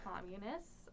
communists